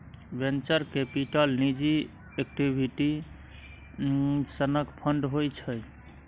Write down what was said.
venture capital निजी equity सनक fund होइ छै